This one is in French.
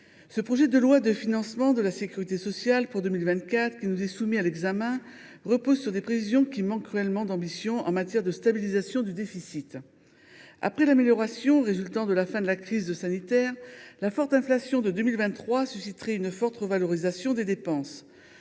le projet de loi de financement de la sécurité sociale pour 2024 qui nous est soumis repose sur des prévisions qui manquent cruellement d’ambition en matière de stabilisation du déficit. Après l’amélioration résultant de la fin de la crise sanitaire, la forte inflation de 2023 suscite une forte revalorisation des dépenses.